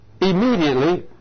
immediately